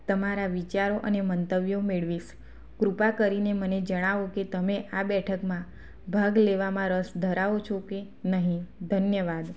તમારા વિચારો અને મંતવ્યો મેળવીશ કૃપા કરીને મને જણાવો કે તમે આ બેઠકમાં ભાગ લેવામાં રસ ધરાવો છો કે નહીં ધન્યવાદ